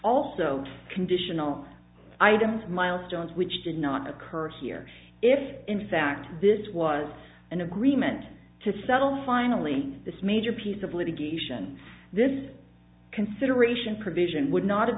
also conditional items milestones which did not occur here if in fact this was an agreement to settle finally this major piece of litigation this consideration provision would not have